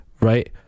right